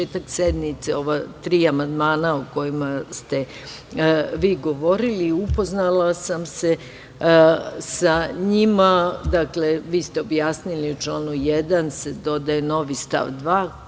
početak sednice ova tri amandmana o kojima ste vi govorila i upoznala sam se sa njima. Dakle, vi ste objasnili, u članu 1. se dodaje novi stav 2.